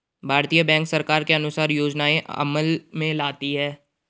भारतीय बैंक सरकार के अनुसार योजनाएं अमल में लाती है